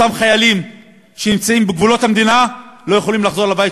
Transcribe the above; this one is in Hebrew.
אותם חיילים שנמצאים בגבולות המדינה לא יכולים לחזור לבית